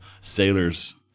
sailors